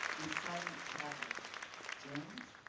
and silent travelers germs,